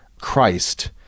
Christ